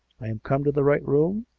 i am come to the right room?